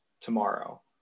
tomorrow